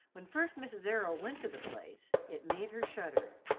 when first mrs. errol went to the place, it made her shudder.